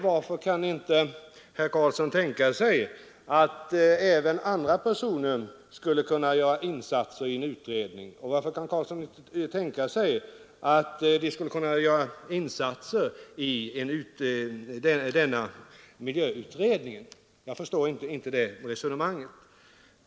Varför kan inte herr Karlsson tänka sig att även andra personer skulle kunna göra insatser i en utredning, och varför kan herr Karlsson inte tänka sig att de skulle kunna göra insatser i denna miljöutredning? Jag förstår inte det resonemanget.